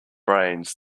brains